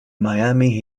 miami